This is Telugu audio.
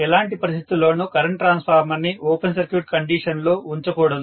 ఎలాంటి పరిస్థితిలోను కరెంట్ ట్రాన్స్ఫార్మర్ ని ఓపెన్ సర్క్యూట్ కండిషన్ లో ఉంచకూడదు